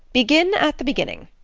begin at the beginning.